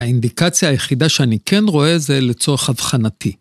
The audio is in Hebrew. האינדיקציה היחידה שאני כן רואה זה לצורך הבחנתי.